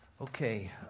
okay